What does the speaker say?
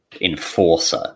enforcer